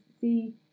see